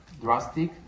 drastic